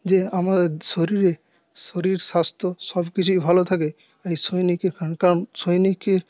যে আমাদের শরীরে শরীর স্বাস্থ্য সবকিছুই ভালো থাকে সৈনিকের সৈনিকের